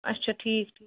اچھا ٹھیٖک ٹھیٖک